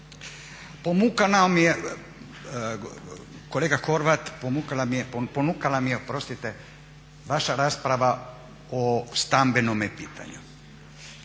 Ponukala me, kolega Horvat ponukala me je vaša rasprava o stambenome pitanju